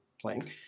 playing